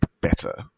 better